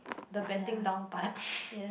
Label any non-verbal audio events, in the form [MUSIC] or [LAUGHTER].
the bending down part [LAUGHS]